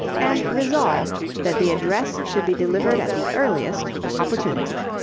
and resolve that the address should be delivered at the earliest opportunity.